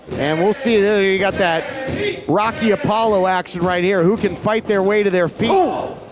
and we'll see there you got that rocky apollo action right here, who can fight their way to their feet?